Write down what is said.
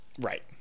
Right